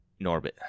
Norbit